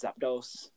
Zapdos